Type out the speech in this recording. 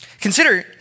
Consider